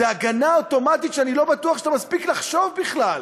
זו הגנה אוטומטית שאני לא בטוח שאתה מספיק לחשוב בכלל.